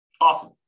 Awesome